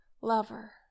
lover